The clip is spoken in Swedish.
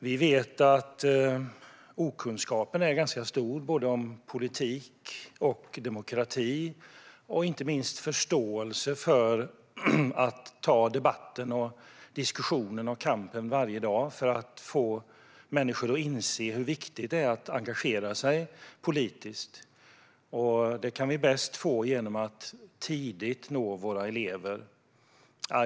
Vi vet att okunskapen är stor, både om politik och om demokratin, liksom när det gäller förståelsen för att ta debatten, diskussionen och kampen varje dag för att få människor att inse hur viktigt det är att engagera sig politiskt. Det kan vi bäst råda bot på genom att tidigt nå våra elever.